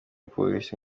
polisi